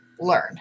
learn